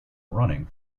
running